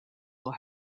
will